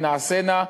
ונעשנה,